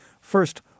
First